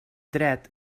dret